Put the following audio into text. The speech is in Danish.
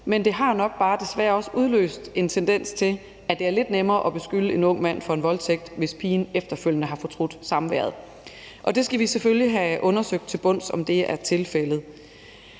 men det har nok desværre også bare udløst en tendens til, at det er lidt nemmere at beskylde en ung mand for en voldtægt, hvis pigen efterfølgende har fortrudt samværet, og vi skal selvfølgelig have undersøgt til bunds, om det er tilfældet.